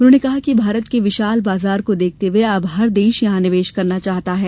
उन्होंने कहा कि भारत के विशाल बाजार को देखते हुए अब हर देश यहां निवेश करना चाहता है